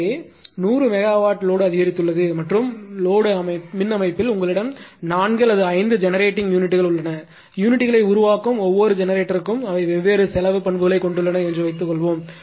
எனவே 100 மெகாவாட் லோடுஅதிகரித்துள்ளது மற்றும் மின் அமைப்பில் உங்களிடம் 4 அல்லது 5 ஜெனரேட்டிங் யூனிட்கள் உள்ளன யூனிட்டுகளை உருவாக்கும் ஒவ்வொரு ஜெனரேட்டருக்கும் அவை வெவ்வேறு செலவு பண்புகளைக் கொண்டுள்ளன என்றும் வைத்துக்கொள்வோம்